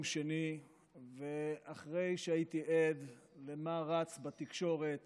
שני ואחרי שהייתי עד למה שרץ בתקשורת